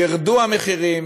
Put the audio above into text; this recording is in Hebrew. ירדו המחירים,